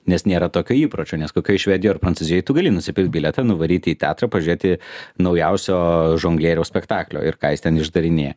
nes nėra tokio įpročio nes kokioj švedijoj ar prancūzijoj tu gali nusipirkt bilietą nuvaryti į teatrą pažiūrėti naujausio žonglieriaus spektaklio ir ką jis ten išdarinėja